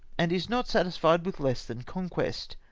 and is not satisfied with less than conquest.